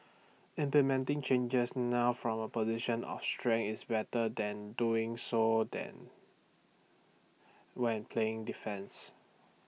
implementing changes now from A position of strength is better than doing so than when playing defence